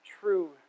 true